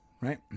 right